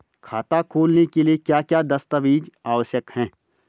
खाता खोलने के लिए क्या क्या दस्तावेज़ आवश्यक हैं?